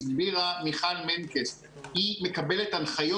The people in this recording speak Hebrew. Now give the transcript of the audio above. מיכל מנקס הסבירה שהיא מקבלת הנחיות.